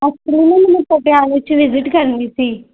actually ਨਾ ਮੈਨੂੰ ਪਟਿਆਲੇ 'ਚ ਵਿਜਿਟ ਕਰਨੀ ਸੀ